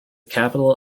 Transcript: capital